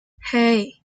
hey